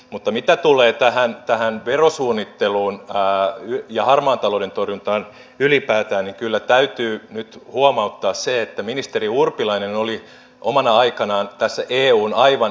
mutta mitä tulee tähän verosuunnitteluun ja harmaan talouden torjuntaan ylipäätään niin kyllä täytyy nyt huomauttaa että ministeri urpilainen oli omana aikanaan tässä eun aivan eturintamassa